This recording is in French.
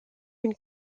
une